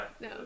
no